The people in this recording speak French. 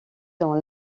dans